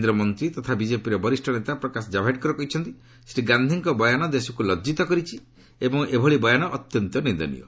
କେନ୍ଦ୍ରମନ୍ତ୍ରୀ ତଥା ବିଜେପିର ବରିଷ୍ଣ ନେତା ପ୍ରକାଶ ଜାଭଡେକର କହିଛନ୍ତି ଶ୍ରୀ ଗାନ୍ଧିଙ୍କ ବୟାନ ଦେଶକୁ ଲଜିତ କରିଛି ଏବଂ ଏଭଳି ବୟାନ ଅତ୍ୟନ୍ତ ନିନ୍ଦନୀୟ